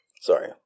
Sorry